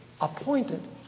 appointed